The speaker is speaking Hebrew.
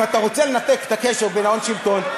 אם אתה רוצה לנתק את הקשר בין ההון לשלטון,